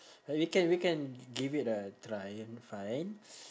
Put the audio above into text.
uh we can we can give it a try and find